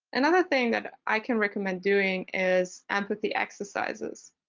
another thing that i can recommend doing is empathy exercises.